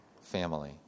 family